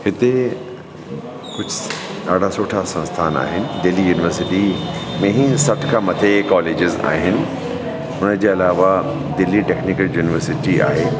हिते कुझु ॾाढा सुठा संस्थान आहिनि दिल्ली यूनिवर्सिटी में ई सठि खां मथे कॉलेजिज़ आहिनि उनजे अलावा दिल्ली टेक्नीकल जी यूनिवर्सिटी आहे